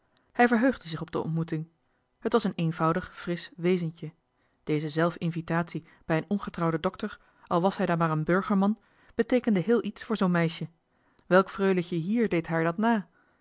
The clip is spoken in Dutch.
hij verheugde zich op de ontmoeting het was een eenvoudig frisch wezentje deze zelf invitatie bij een ongetrouwden dokter al was hij dan maar een burgerman beteekende heel iets voor zoo'n meisje welk freuletje hier deed dat haar na